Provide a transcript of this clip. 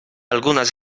algunes